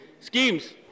schemes